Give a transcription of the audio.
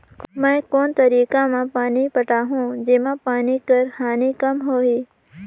मैं कोन तरीका म पानी पटाहूं जेमा पानी कर हानि कम होही?